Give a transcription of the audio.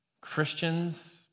Christians